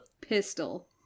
Pistol